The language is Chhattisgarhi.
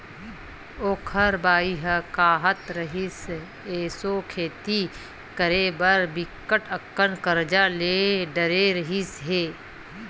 ओखर बाई ह काहत रिहिस, एसो खेती करे बर बिकट अकन करजा ले डरे रिहिस हे